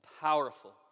powerful